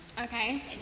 Okay